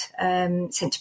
sent